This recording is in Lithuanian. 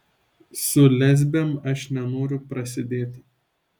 su lesbėm aš nenoriu prasidėti